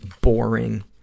boring